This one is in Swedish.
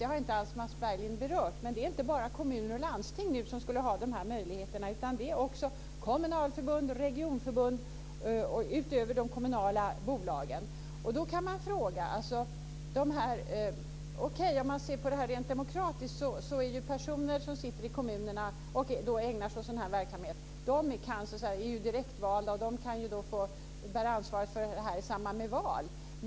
Det har inte Mats Berglind berört alls. Det är inte bara kommuner och landsting som skulle ha de här möjligheterna. Det är också kommunalförbund och regionförbund utöver de kommunala bolagen. Då kan man fråga sig en sak. Om man ser på det rent demokratiskt är ju personer som sitter i kommunerna och ägnar sig åt sådan här verksamhet direktvalda. De kan få bära ansvaret för det här i samband med val.